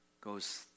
Goes